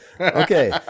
Okay